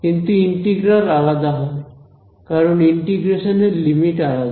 কিন্তু ইন্টিগ্রাল আলাদা হবে কারণ ইন্টিগ্রেশন এর লিমিট আলাদা